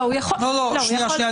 לא, לא, שנייה.